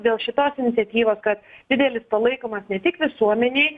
dėl šitos iniciatyvos kad didelis palaikomas ne tik visuomenei